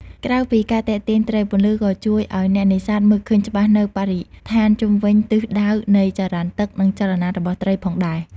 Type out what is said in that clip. ក្រៅពីការទាក់ទាញត្រី ពន្លឺក៏ជួយឱ្យអ្នកនេសាទមើលឃើញច្បាស់នូវបរិស្ថានជុំវិញទិសដៅនៃចរន្តទឹក និងចលនារបស់ត្រីផងដែរ។